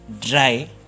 dry